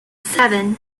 seven